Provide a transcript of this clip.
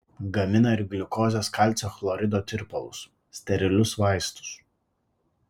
gamina ir gliukozės kalcio chlorido tirpalus sterilius vaistus